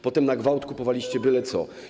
Potem na gwałt kupowaliście byle co.